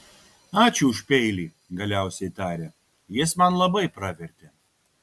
ačiū už peilį galiausiai tarė jis man labai pravertė